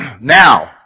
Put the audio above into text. Now